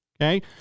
Okay